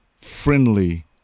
friendly